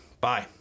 Bye